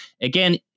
Again